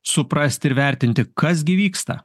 suprasti ir vertinti kas gi vyksta